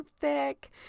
thick